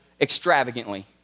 extravagantly